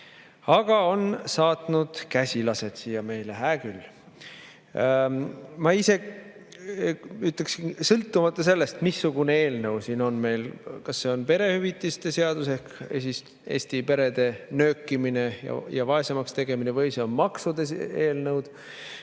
ta on saatnud käsilased siia meile. Hää küll. Ma ise ütleksin, et sõltumata sellest, missugune eelnõu meil siin on, kas see on perehüvitiste seaduse eelnõu ehk Eesti perede nöökimine ja vaesemaks tegemine või on need maksude eelnõud,